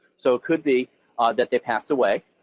so it could be that they passed away,